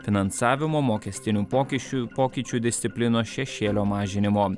finansavimo mokestinių pokyšių pokyčių disciplinos šešėlio mažinimo